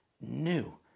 new